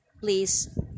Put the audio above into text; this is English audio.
please